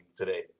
Today